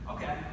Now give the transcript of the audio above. Okay